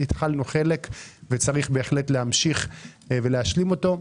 התחלנו חלק וצריך בהחלט להמשיך ולהשלים אותו.